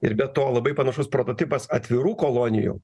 ir be to labai panašus prototipas atvirų kolonijų